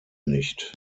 nicht